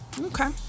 Okay